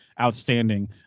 outstanding